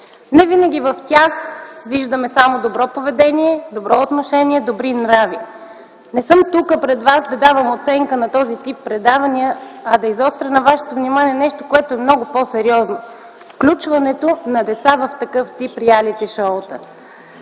Невинаги в тях виждаме само добро поведение, добро отношение и добри нрави. Не съм тук, пред вас, да давам оценка на този тип предавания, а да изостря вашето внимание за нещо, което е много по-сериозно – включването на деца в такъв тип реалити шоута.